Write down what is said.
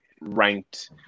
ranked